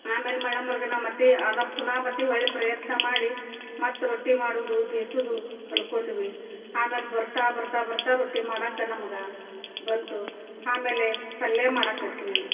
ಆಮೇಲೆ ಮಳ್ಳ ಮರುದಿನ ಮತ್ತೆ ಅದು ಪುನಃ ಮತ್ತೆ ಹೊರ್ಳಿ ಪ್ರಯತ್ನ ಮಾಡಿ ಮತ್ತೆ ರೊಟ್ಟಿ ಮಾಡುವುದು ಬೇಯ್ಸುದು ಕಲ್ತ್ಕೊಂಡ್ವಿ ಆಮೇಲೆ ಬರ್ತಾ ಬರ್ತಾ ಬರ್ತಾ ರೊಟ್ಟಿ ಮಾಡಕ್ಕ ನಮ್ಗೆ ಬಂತು ಆಮೇಲೆ ಪಲ್ಯ ಮಾಡಕ್ಕತ್ವಿ